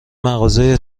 مغازه